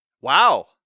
Wow